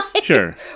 Sure